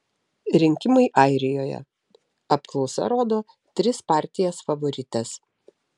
rinkimai airijoje apklausa rodo tris partijas favorites